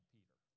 Peter